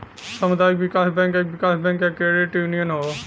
सामुदायिक विकास बैंक एक विकास बैंक या क्रेडिट यूनियन हौ